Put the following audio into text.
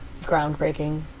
groundbreaking